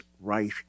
right